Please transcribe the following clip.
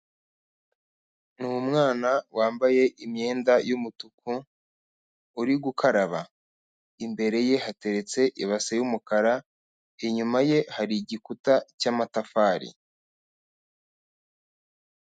Ni umwana wambaye imyenda y'umutuku, uri gukaraba. Imbere ye hateretse ibase y'umukara, inyuma ye, hari igikuta cy'amatafari.